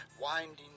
winding